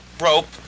rope